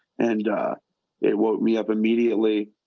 and it woke me up immediately.